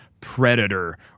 predator